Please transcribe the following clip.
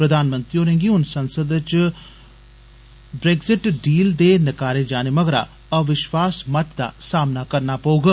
प्रधानमंत्री होरें गी हुन संसद च हुन्दी ब्रेगज़िट डील दे नकारे जाने मगरा अविष्वास मत दा सामना करना पौग